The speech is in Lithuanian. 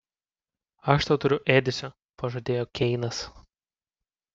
aš tau turiu ėdesio pažadėjo keinas